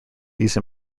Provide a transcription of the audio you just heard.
these